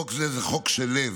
חוק זה הוא חוק של לב.